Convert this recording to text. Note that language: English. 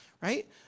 right